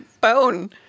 bone